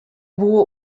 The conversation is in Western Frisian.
woe